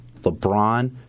LeBron